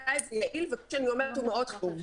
מה שאני אומרת מאוד חשוב.